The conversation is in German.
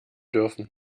dürfen